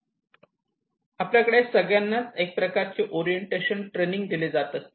आपल्याकडे सगळ्यांनाच एक प्रकारचे ओरिएंटेशन ट्रेनिंग दिले जात असते